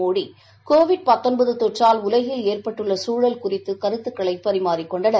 Modi COVID தொற்றால் உலகில் ஏற்பட்டுள்ள சூழல் குறித்து கருத்துக்களை பரிமாறிக் கொண்டனர்